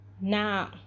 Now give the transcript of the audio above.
now